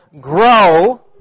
grow